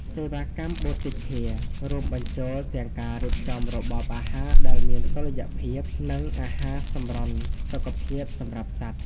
សេវាកម្ម Boutique Care រួមបញ្ចូលទាំងការរៀបចំរបបអាហារដែលមានតុល្យភាព និងអាហារសម្រន់សុខភាពសម្រាប់សត្វ។